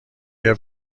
ایا